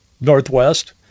Northwest